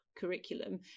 curriculum